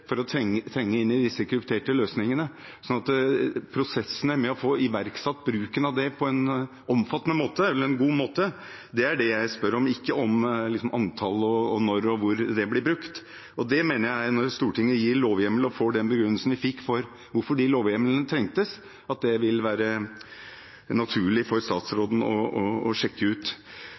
for å trenge inn i disse krypterte løsningene. Så det jeg spør om, er prosessene med å få iverksatt bruken av det på en god måte, ikke om antall og når og hvor det blir brukt. Det mener jeg vil være naturlig for statsråden å sjekke ut, når Stortinget gir lovhjemmel og får den begrunnelsen vi fikk for hvorfor de lovhjemlene trengtes. Jeg vil også si at det